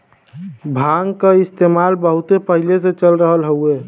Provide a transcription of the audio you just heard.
भांग क इस्तेमाल बहुत पहिले से चल रहल हउवे